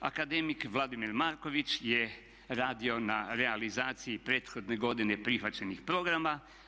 Akademik Vladimir Marković je radio na realizaciji prethodne godine prihvaćenih programa.